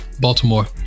Baltimore